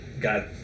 got